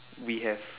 we have